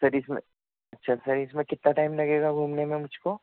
سر اس میں sir sir اس میں کتنا ٹائم لگے گا گھومنے میں مجھ کو